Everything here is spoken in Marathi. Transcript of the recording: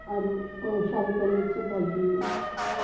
आलू शाही पनीरची भाजी